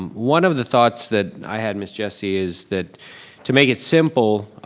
um one of the thoughts that i had, miss jessie, is that to make it simple,